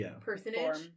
personage